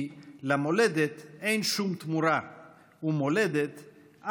החל מאבות האומה וכלה במתיישבי השומרון בהווה,